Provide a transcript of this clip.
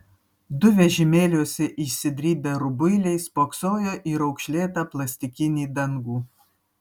du vežimėliuose išsidrėbę rubuiliai spoksojo į raukšlėtą plastikinį dangų